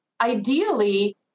Ideally